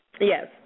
Yes